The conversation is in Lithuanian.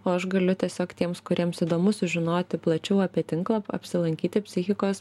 o aš galiu tiesiog tiems kuriems įdomu sužinoti plačiau apie tinklą apsilankyti psichikos